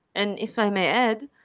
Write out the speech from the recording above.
and if i may add,